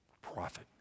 profit